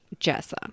jessa